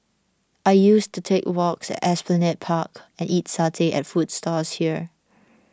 I used to take walks at Esplanade Park and eat satay at food stalls here